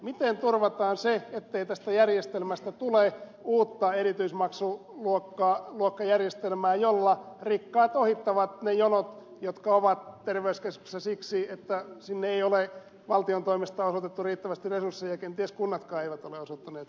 miten turvataan se ettei tästä järjestelmästä tule uutta erityismaksuluokkajärjestelmää jolla rikkaat ohittavat ne jonot jotka ovat terveyskeskuksessa siksi että sinne ei ole valtion toimesta osoitettu riittävästi resursseja ja kenties kunnatkaan eivät ole osoittaneet riittävästi voimavaroja